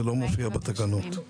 זה לא מופיע בתקנות.